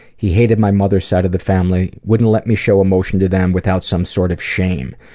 he hated my mother's side of the family, wouldn't' let me show emotion to them without some sort of shame.